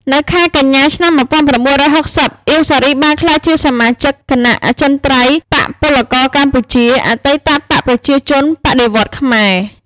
នៅខែកញ្ញា ឆ្នាំ១៩៦០ អៀង សារី បានក្លាយជាសមាជិកគណៈអចិន្ត្រៃយ៍បក្សពលករកម្ពុជា អតីតបក្សប្រជាជនបដិវត្តន៍ខ្មែរ។